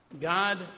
God